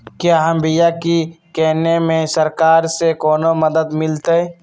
क्या हम बिया की किने में सरकार से कोनो मदद मिलतई?